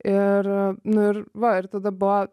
ir nu ir va ir tada buvo